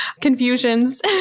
confusions